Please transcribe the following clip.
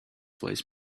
voice